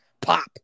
pop